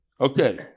Okay